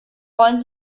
wollen